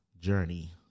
journey